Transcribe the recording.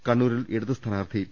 കണ്ണൂ രിൽ ഇടത് സ്ഥാനാർത്ഥി പി